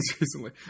recently